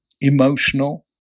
emotional